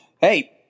hey